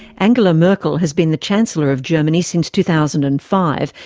angela merkel has been the chancellor of germany since two thousand and five,